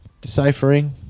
deciphering